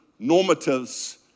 normatives